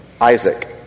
Isaac